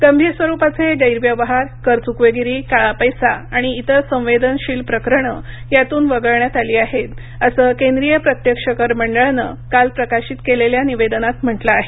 गंभीर स्वरूपाचे गैरव्यवहार करचुकवेगिरी काळा पैसा आणि इतर संवेदनशील प्रकरणे यातून वगळण्यात आली आहेत असं केंद्रीय प्रत्यक्ष कर मंडळानं काल प्रकाशित केलेल्या निवेदनात म्हटलं आहे